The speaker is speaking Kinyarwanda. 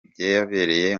byabereye